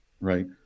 right